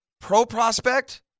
pro-prospect